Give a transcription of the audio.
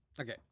Okay